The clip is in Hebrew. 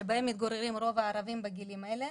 ובהן מתגוררים רוב הערבים בגילים האלה.